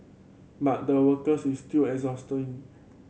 but the workers is still exhausting